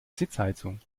sitzheizung